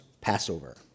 Passover